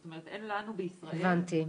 זאת אומרת אין לנו בישראל -- הבנתי,